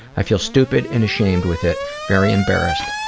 i feel stupid and ashamed with it. very embarrassed.